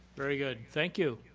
very good. thank you.